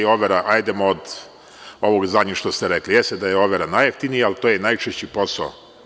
Hajdemo od ovog zadnjeg što ste rekli, jeste da je overa najjeftinija, ali to je i najčešći posao.